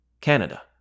Canada